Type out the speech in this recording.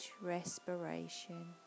respiration